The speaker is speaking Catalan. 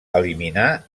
eliminar